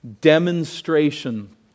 demonstration